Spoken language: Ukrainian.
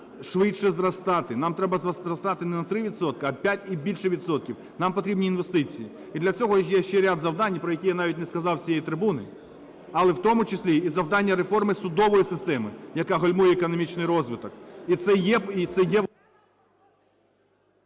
швидше зростати. Нам треба зростати не на 3 відсотки, а 5 і більше відсотків, нам потрібні інвестиції. І для цього є ще ряд завдань, про які я навіть не сказав з цієї трибуни, але в тому числі і завдання реформи судової системи, яка гальмує економічний розвиток,